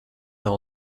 nav